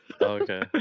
okay